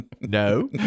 No